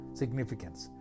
significance